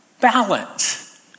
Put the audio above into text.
balance